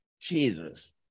jesus